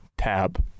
tab